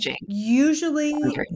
usually